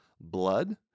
blood